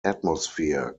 atmosphere